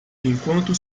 enquanto